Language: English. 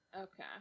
Okay